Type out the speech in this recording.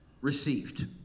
received